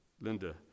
Linda